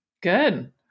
Good